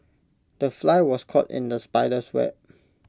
the fly was caught in the spider's web